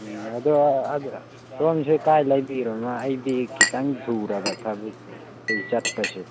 ꯑꯣ ꯑꯗꯣ ꯁꯣꯝꯁꯦ ꯀꯥꯏ ꯂꯩꯕꯤꯔꯤꯅꯣ ꯑꯩꯗꯤ ꯈꯤꯇꯪ ꯊꯨꯔꯕ ꯊꯕꯛꯇꯨ ꯆꯠꯄꯁꯦ